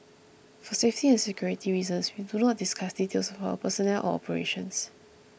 for safety and security reasons we do not discuss details of our personnel or operations